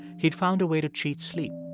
he'd found a way to cheat sleep.